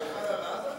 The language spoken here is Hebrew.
זה חל רק על עזה?